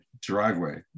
driveway